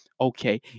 Okay